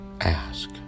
ask